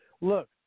Look